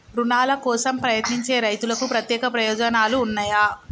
రుణాల కోసం ప్రయత్నించే రైతులకు ప్రత్యేక ప్రయోజనాలు ఉన్నయా?